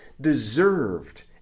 deserved